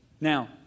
Now